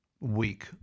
week